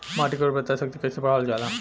माटी के उर्वता शक्ति कइसे बढ़ावल जाला?